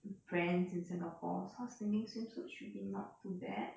brands in singapore so I was thinking swimsuits should be not too bad